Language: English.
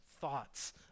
thoughts